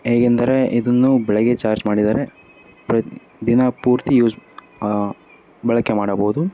ಹೇಗೆಂದರೆ ಇದನ್ನು ಬೆಳಗ್ಗೆ ಚಾರ್ಜ್ ಮಾಡಿದರೆ ಪ್ರತಿ ದಿನ ಪೂರ್ತಿ ಯೂಸ್ ಬಳಕೆ ಮಾಡಬೌದು